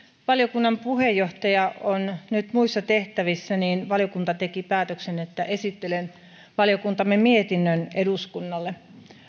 valiokunnan puheenjohtaja on nyt muissa tehtävissä joten valiokunta teki päätöksen että esittelen valiokuntamme mietinnön eduskunnalle